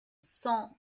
cent